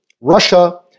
Russia